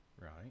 Right